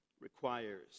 requires